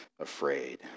afraid